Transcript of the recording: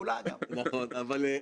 אני יכול להגיד לך כנציג הקואליציה: